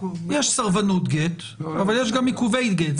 יש סרבנות גט, אבל יש גם עיכובי גט.